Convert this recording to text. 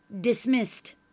Dismissed